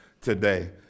today